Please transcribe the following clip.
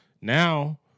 Now